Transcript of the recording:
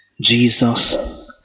jesus